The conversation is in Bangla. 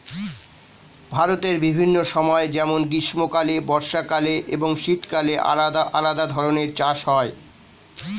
ভারতের বিভিন্ন সময় যেমন গ্রীষ্মকালে, বর্ষাকালে এবং শীতকালে আলাদা আলাদা ধরনের চাষ হয়